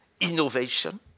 innovation